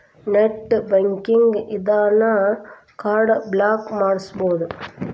net banking ಇನ್ದಾ card block ಮಾಡ್ಸ್ಬೊದು